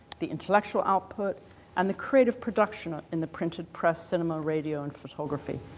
the intellectual output and the creative production in the printed press, cinema, radio and photography.